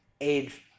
age